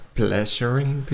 pleasuring